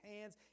hands